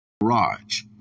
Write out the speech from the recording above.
garage